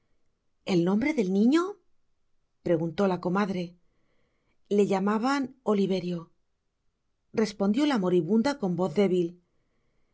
el nombre del niño preguntó la comadre le llamaban oliverio respondió la moribunda con voz débilel